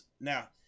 Now